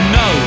no